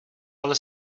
ale